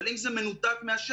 אבל אם זה מנותק מהשטח,